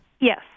Yes